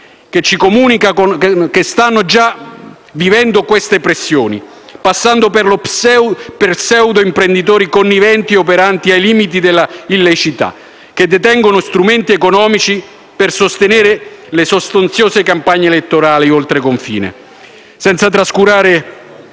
che stanno già vivendo questa pressione, passando per pseudo-imprenditori conniventi e operanti ai limiti della liceità, che detengono gli strumenti economici per sostenere le sostanziose campagne elettorali oltre confine. Ciò senza trascurare